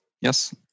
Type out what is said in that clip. yes